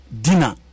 dinner